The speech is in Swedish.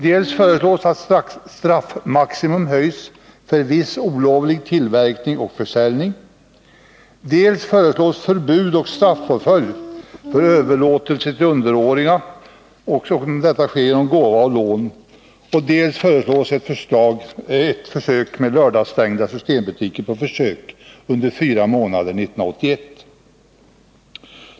Dels föreslås att straffmaximum höjs för viss olovlig tillverkning och försäljning, dels föreslås förbud och straffpåföljd för överlåtelse till underåriga också om denna sker genom gåva och lån, dels föreslås ett försök med lördagsstängda systembutiker under fyra månader 1981.